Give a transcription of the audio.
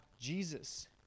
Jesus